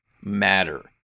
matter